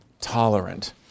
tolerant